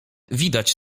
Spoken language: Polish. widać